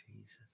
jesus